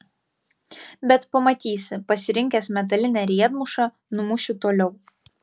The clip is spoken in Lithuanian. bet pamatysi pasirinkęs metalinę riedmušą numušiu toliau